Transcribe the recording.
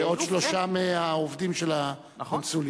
ועוד שלושה מהעובדים של הקונסוליה.